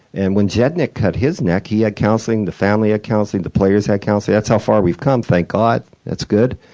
and when zednik cut his neck, he had counseling, the family had counseling, the players had counseling. that's how far we've come, thank god. it's good.